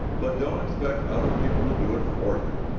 but don't expect other people to do it for you.